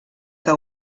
que